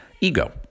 Ego